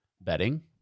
betting